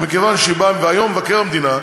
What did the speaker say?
והיום, מבקר המדינה,